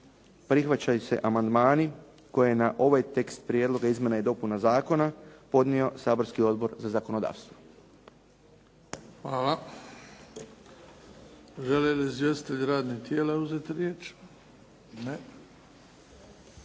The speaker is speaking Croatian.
prihvaćaju se amandmani koje je na ovaj tekst prijedloga izmjena i dopuna zakona podnio saborski Odbor za zakonodavstvo. **Bebić, Luka (HDZ)** Hvala. Žele li izvjestitelji radnih tijela uzeti riječ? Ne.